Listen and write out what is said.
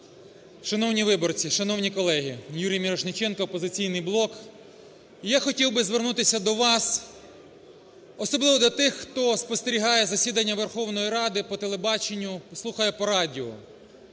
Шановні виборці, шановні колеги! Юрій Мірошниченко, "Опозиційний блок". Я хотів би звернутися до вас, особливо до тих, хто спостерігає засідання Верховної Ради по телебаченню і слухає по радіо.